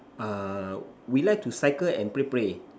err we like to cycle and play play